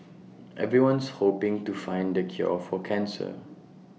everyone's hoping to find the cure for cancer